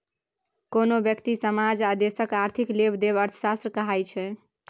कोनो ब्यक्ति, समाज आ देशक आर्थिक लेबदेब अर्थशास्त्र कहाइ छै